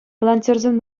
волонтерсем